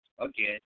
again